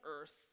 earth